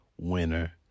Winner